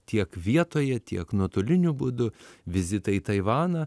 tiek vietoje tiek nuotoliniu būdu vizitai į taivaną